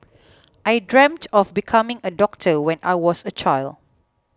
I dreamt of becoming a doctor when I was a child